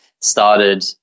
started